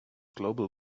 global